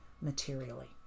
materially